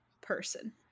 person